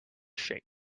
shape